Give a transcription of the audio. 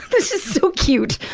just so cute!